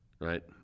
Right